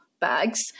bags